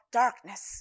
darkness